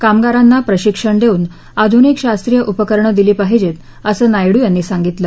कामगारांना प्रशिक्षण देऊन आधुनिक शास्त्रीय उपकरणे दिली पाहिजेत असं नायडू यांनी सांगितलं